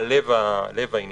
מה לב העניין.